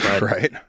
right